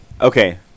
Okay